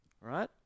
Right